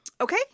okay